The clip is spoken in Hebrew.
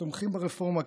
שתומכים ברפורמה,